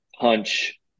punch